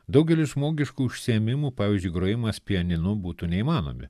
daugelis žmogiškų užsiėmimų pavyzdžiui grojimas pianinu būtų neįmanomi